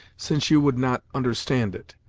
since you would not understand it.